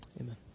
amen